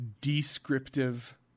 descriptive